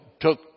took